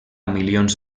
milions